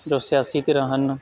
ਜੋ ਸਿਆਸੀ ਧਿਰਾਂ ਹਨ